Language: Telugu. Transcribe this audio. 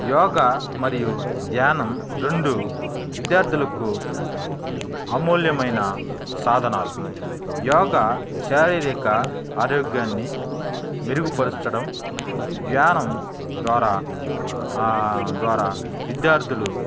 యోగా మరియు ధ్యానం రెండు విద్యార్థులకు అమూల్యమైన సాధనాలు యోగా శారీరక ఆరోగ్యాన్ని మెరుగుపరచడం ధ్యానం ద్వారా విద్యార్థులు